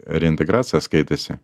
reintegracija skaitėsi